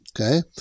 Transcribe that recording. okay